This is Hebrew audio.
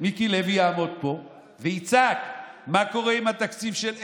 מיקי לוי יעמוד פה ויצעק: מה קורה עם התקציב של אלה,